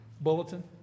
bulletin